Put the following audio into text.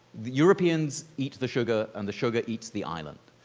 the europeans eat the sugar and the sugar eats the islands.